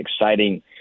exciting